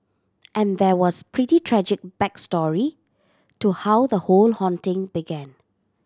and there was pretty tragic back story to how the whole haunting began